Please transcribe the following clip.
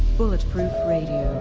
bulletproof radio,